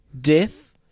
Death